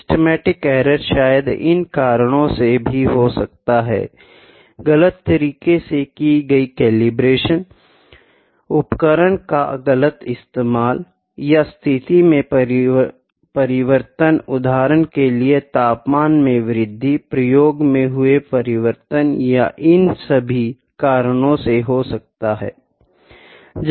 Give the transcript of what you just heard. systematic error शायद इन कारणों से भी हो सकता है गलत तरह से की गयी कैलिब्रेशन उपकरण का गलत इस्तेमाल या स्थिति में परिवर्तन उदाहरण के लिए तापमान में वृद्धि प्रयोग में हुए परिवर्तन या इन सभी कारणों से हो सकता है